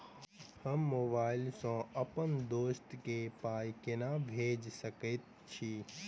हम मोबाइल सअ अप्पन दोस्त केँ पाई केना भेजि सकैत छी?